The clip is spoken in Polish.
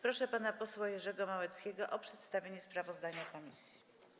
Proszę pana posła Jerzego Małeckiego o przedstawienie sprawozdania komisji.